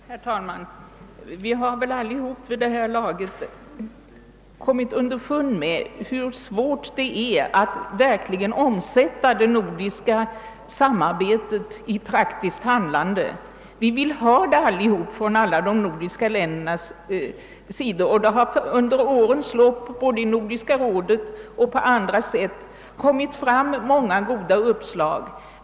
Herr talman! Vi har väl alla vid det här laget kommit underfund med hur svårt det är att verkligen omsätta det nordiska samarbetet i praktiskt handlande. Vi vill alla i Norden ha detta samarbete. Det har under årens lopp, både i Nordiska rådet och på andra håll, kommit fram många goda uppslag.